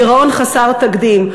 גירעון חסר תקדים,